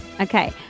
Okay